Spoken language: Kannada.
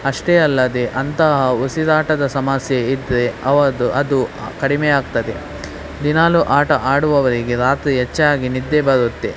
ಅಷ್ಟೇ ಅಲ್ಲದೇ ಅಂತಹ ಉಸಿರಾಟದ ಸಮಸ್ಯೆ ಇದ್ದರೆ ಅವರದು ಅದು ಕಡಿಮೆ ಆಗ್ತದೆ ದಿನಾಲೂ ಆಟ ಆಡುವವರಿಗೆ ರಾತ್ರಿ ಹೆಚ್ಚಾಗಿ ನಿದ್ದೆ ಬರುತ್ತೆ